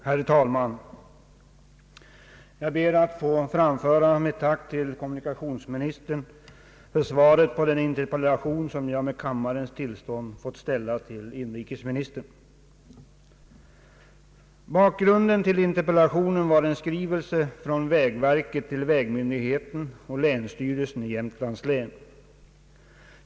Herr talman! Jag ber att få framföra mitt tack till kommunikationsministern för svaret på den interpellation som jag med kammarens tillstånd ställt till inrikesministern. Bakgrunden till interpellationen var en skrivelse från vägverket till vägmyndigheten och länsstyrelsen i Jämtlands län.